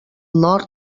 nord